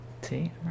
See